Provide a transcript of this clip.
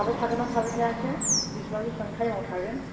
थाबाय थागोन ना थाबाय थायासो बिसिबां बिसिबां टाइमआव थागोन